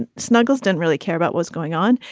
and snuggles don't really care about what's going on.